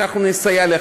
אנחנו נסייע לך,